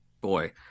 Boy